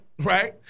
right